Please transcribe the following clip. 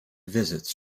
visits